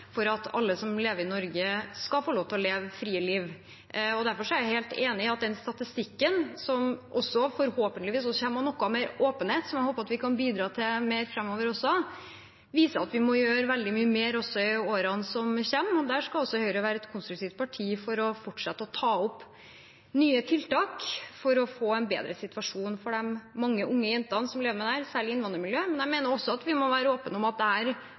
at alle som lever i Norge, skal få lov til å leve et fritt liv. Derfor er jeg helt enig i at den statistikken – som forhåpentligvis kommer av noe mer åpenhet, som jeg håper vi kan bidra til mer framover – viser at vi må gjøre veldig mye mer i årene som kommer. Der skal Høyre være et konstruktivt parti i å fortsette å ta opp nye tiltak for å få en bedre situasjon for de mange unge jentene som lever med dette, særlig i innvandrermiljøer. Jeg mener vi må være åpne om at